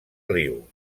riu